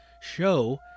show